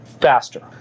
faster